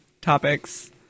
topics